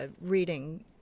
reading